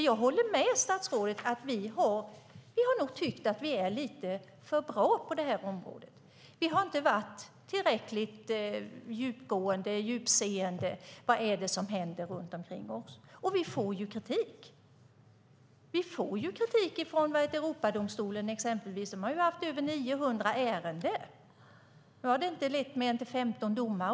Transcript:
Jag håller med statsrådet om att vi nog har tyckt att vi har varit lite för bra på det här området. Vi har inte varit tillräckligt djupgående och sett vad som händer runt omkring oss. Och vi får kritik. Vi får kritik från Europadomstolen, exempelvis. De har haft över 900 ärenden. Nu har det inte lett till mer än 15 domar.